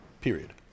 Period